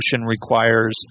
requires